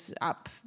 up